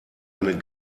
eine